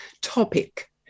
topic